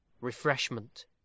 refreshment